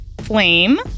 flame